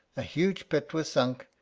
a huge pit was sunk,